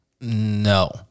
No